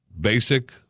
Basic